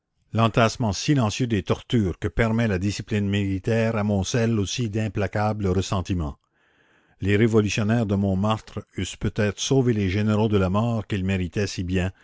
l'entassement silencieux des tortures que permet la discipline militaire amoncelle aussi d'implacables ressentiments la commune les révolutionnaires de montmartre eussent peut-être sauvé les généraux de la mort qu'ils méritaient si bien